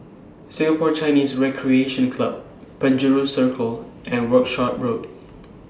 Singapore Chinese Recreation Club Penjuru Circle and Workshop Road